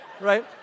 right